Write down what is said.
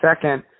Second